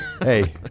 Hey